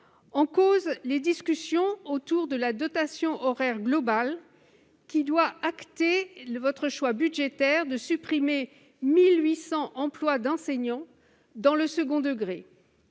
En cause, les discussions autour de la dotation horaire globale, qui doit acter votre choix budgétaire de supprimer 1 800 emplois d'enseignants dans le second degré.